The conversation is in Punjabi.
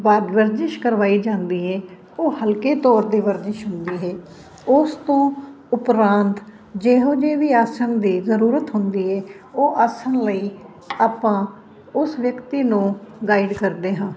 ਵਰਜਿਸ਼ ਕਰਵਾਈ ਜਾਂਦੀ ਹੈ ਉਹ ਹਲਕੇ ਤੌਰ ਦੀ ਵਰਜਿਸ਼ ਹੁੰਦੀ ਹੈ ਉਸ ਤੋਂ ਉਪਰੰਤ ਜਿਹੋ ਜਿਹੇ ਵੀ ਆਸਣ ਦੀ ਜ਼ਰੂਰਤ ਹੁੰਦੀ ਹੈ ਉਹ ਆਸਣ ਲਈ ਆਪਾਂ ਉਸ ਵਿਅਕਤੀ ਨੂੰ ਗਾਈਡ ਕਰਦੇ ਹਾਂ